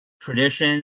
tradition